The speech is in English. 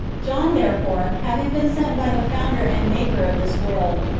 john, therefore, having been sent by the founder and maker of this world,